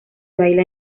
baila